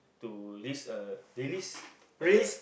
to lease a release a